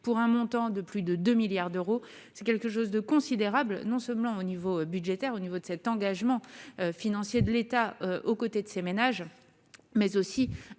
pour un montant de plus de 2 milliards d'euros, c'est quelque chose de considérable non seulement au niveau budgétaire, au niveau de cet engagement financier de l'État, aux côtés de ces ménages mais aussi